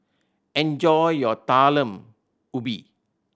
enjoy your Talam Ubi